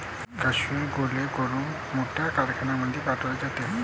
काश्मिरी हुई गोळा करून मोठ्या कारखान्यांमध्ये पाठवले जाते